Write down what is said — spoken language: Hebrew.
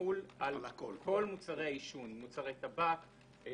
יחול על כל מוצרי העישון, מוצרי טבק,